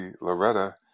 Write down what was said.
Loretta